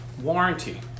warranty